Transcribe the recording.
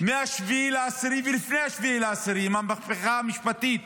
מ-7 באוקטובר ולפני 7 באוקטובר עם המהפכה המשפטית